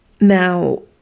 Now